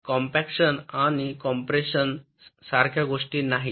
compaction आणि compression सारख्या गोष्टी नाहीत